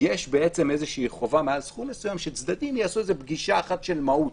יש איזו חובה מעל סכום מסוים שצדדים יעשו פגישה אחת של מהו"ת.